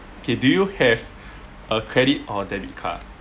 okay do you have a credit or debit card